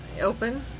open